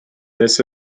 this